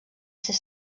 ser